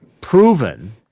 proven